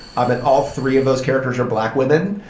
i mean all three of those characters are black women.